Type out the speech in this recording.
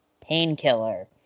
Painkiller